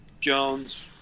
Jones